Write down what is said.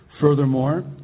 Furthermore